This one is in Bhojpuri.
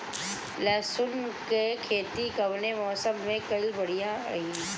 लहसुन क खेती कवने मौसम में कइल बढ़िया रही?